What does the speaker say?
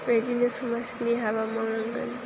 बेदिनो समाजनि हाबा मावनांगोन